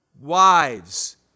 Wives